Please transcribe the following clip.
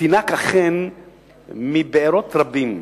תינק אכן מבארות רבים,